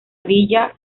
villa